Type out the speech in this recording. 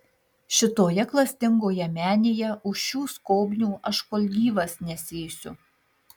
šitoje klastingoje menėje už šių skobnių aš kol gyvas nesėsiu